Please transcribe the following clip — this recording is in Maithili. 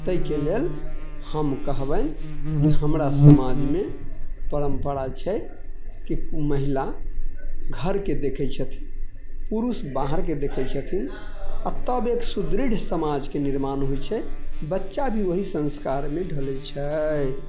ताहि के लेल हम कहबनि की हमरा समाजमे परम्परा छै की महिला घरके देखै छथिन पुरुष बाहरके देखै छथिन आओर तब एक सुदृढ़ समाजके निर्माण होइ छै बच्चा भी वही संस्कारमे ढ़लै छै